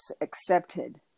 accepted